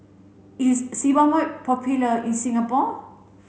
is Sebamed popular in Singapore